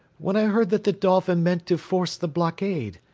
when i heard that the dolphin meant to force the blockade.